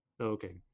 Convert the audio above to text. Okay